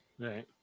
Right